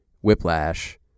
Whiplash